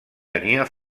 tenia